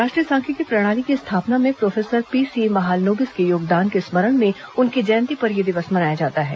राष्ट्रीय सांख्यिकी प्रणाली की स्थापना में प्रोफेसर पीसी महालनोबिस के योगदान के स्मरण में उनकी जयंती पर यह दिवस मनाया जाता है